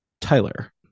Tyler